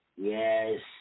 Yes